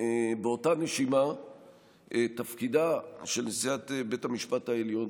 באותה נשימה תפקידה של נשיאת בית המשפט העליון,